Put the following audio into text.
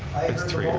it's three,